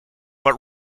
but